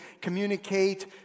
communicate